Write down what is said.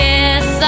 Yes